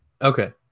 Okay